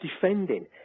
defending